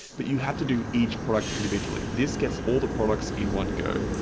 but you have to do each product individually. this gets all the products in one go.